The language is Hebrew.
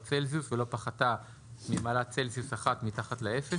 צלסיוס ולא פחתה ממעלת צלסיוס אחת מתחת לאפס,